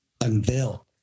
unveil